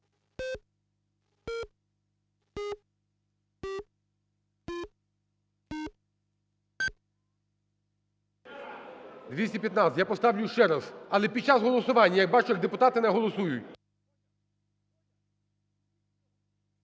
За-215 Я поставлю ще раз, але під час голосування я бачу, як депутати не голосують.